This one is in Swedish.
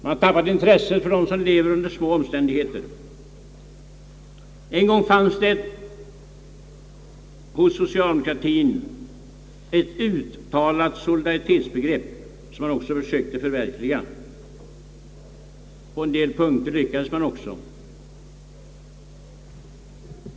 Man har tappat intresset för dem som lever under små omständigheter. En gång fanns det hos socialdemokratien ett uttalat solidaritetsbegrepp som man också försökte förverkliga. På en del punkter lyckades man också.